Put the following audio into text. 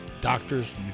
doctors